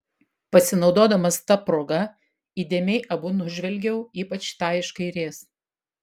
pasinaudodamas ta proga įdėmiai abu nužvelgiau ypač tą iš kairės